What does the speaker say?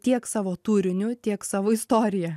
tiek savo turiniu tiek savo istorija